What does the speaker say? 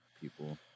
people